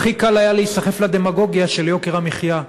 הכי קל היה להיסחף לדמגוגיה של יוקר המחיה,